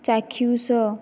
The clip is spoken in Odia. ଚାକ୍ଷୁଷ